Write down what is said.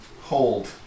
Hold